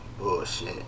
Bullshit